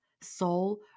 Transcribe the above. Soul